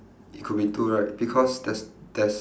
it could be two right because there's there's